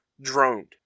droned